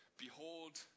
behold